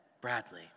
Bradley